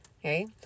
Okay